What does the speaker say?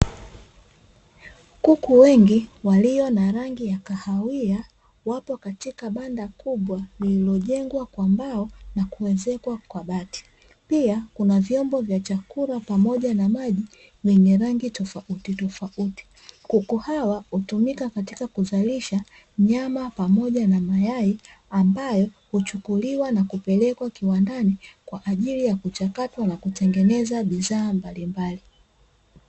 Kuku wengi walio na rangi ya kahawia wapo katika banda kubwa lililojengwa kwa mbao na kuwezekwa kwa bati, pia kuna vyombo vya chakula pamoja na maji vyenye rangi tofauti tofauti. Kuku hawa hutumika katika kuzalisha nyama pamoja na mayai ambayo huchukuliwa na kupelekwa kiwandani kwa ajili ya kuchakatwa na kutengeneza bidhaa mbalimbali.